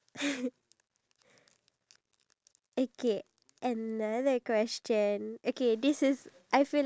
that I don't think so a lot of people can are able to answer this question okay